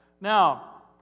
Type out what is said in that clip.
Now